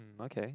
okay